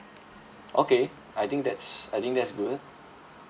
okay I think that's I think that's good